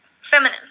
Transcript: feminine